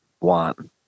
want